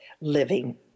living